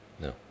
No